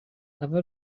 اول